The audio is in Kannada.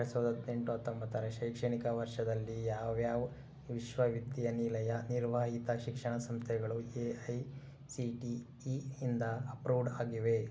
ಎರಡು ಸಾವಿರದ ಹದಿನೆಂಟು ಹತ್ತೊಂಬತ್ತರ ಶೈಕ್ಷಣಿಕ ವರ್ಷದಲ್ಲಿ ಯಾವ್ಯಾವ ವಿಶ್ವವಿದ್ಯಾನಿಲಯ ನಿರ್ವಾಹಿತ ಶಿಕ್ಷಣ ಸಂಸ್ಥೆಗಳು A I C T E ಇಂದ ಅಪ್ರೂವ್ಡ್ ಆಗಿವೆ